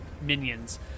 minions